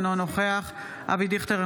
אינו נוכח אבי דיכטר,